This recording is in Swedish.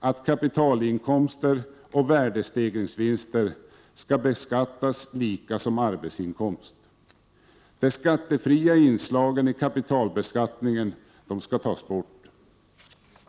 att kapitalinkomster och värdestegringsvinster skall beskattas lika som arbetsinkomst. De skattefria inslagen i kapitalbeskattningen skall tas bort.